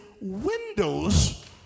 windows